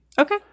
Okay